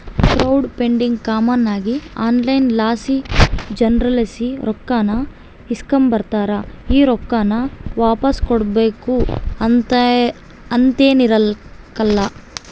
crowd funding common ಆಗಿ online ಲಾಸಿ ಜನುರ್ಲಾಸಿ ರೊಕ್ಕಾನ ಇಸ್ಕಂಬತಾರ, ಈ ರೊಕ್ಕಾನ ವಾಪಾಸ್ ಕೊಡ್ಬಕು ಅಂತೇನಿರಕ್ಲಲ್ಲ